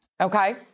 Okay